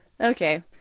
Okay